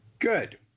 Good